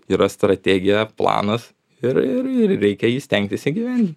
yra strategija planas ir ir ir reikia jį stengtis įgyvendin